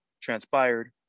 transpired